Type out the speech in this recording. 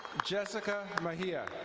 jessica mejia.